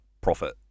profit